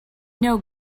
know